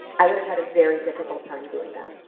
i would have had a very difficult time doing that.